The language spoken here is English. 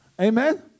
Amen